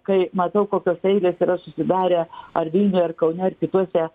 kai matau kokios eilės yra susidarę ar vilniuj ar kaune ar kituose